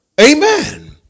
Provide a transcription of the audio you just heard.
Amen